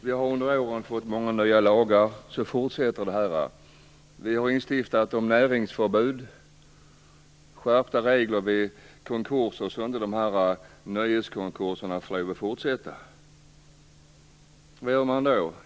Vi har under åren fått många nya lagar, men trots det fortsätter det här. Vi har lagstiftat om näringsförbud och skärpta regler vid konkurser så att nöjeskonkurserna inte får fortsätta. Vad gör man då?